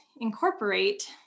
incorporate